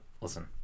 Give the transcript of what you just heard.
Listen